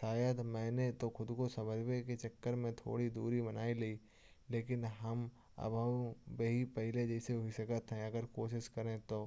शायद मैंने तो खुद को के चक्कर में थोड़ी दूरी बना ली। लेकिन हम अब भी पहले जैसे विषय हैं अगर कोशिश करें तो।